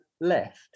left